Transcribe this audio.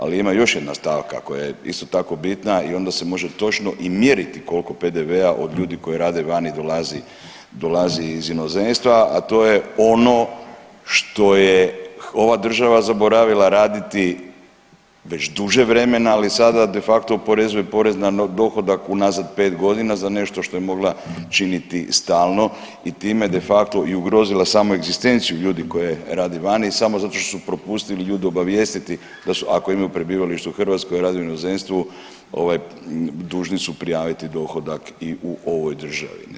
Ali ima još jedna stavka koja je isto tako bitna i onda se može točno i mjeriti koliko PDV-a od ljudi koji rade vani dolazi iz inozemstva, a to je ono što je ova država zaboravila raditi bez duže vremena, ali sada de facto oporezuje porez na dohodak unazad 5 godina za nešto što je mogla činiti stalno i time de facto i ugrozila samu egzistenciju ljudi koje rade vani samo zato što su propustili ljude obavijestiti da su, ako imaju prebivalište u Hrvatskoj, rade u inozemstvu, ovaj, dužni su prijaviti dohodak i u ovoj državi.